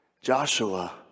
Joshua